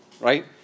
right